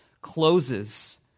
closes